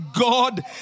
God